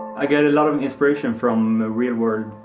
i get a lot of inspiration from the real-world,